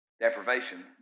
Deprivation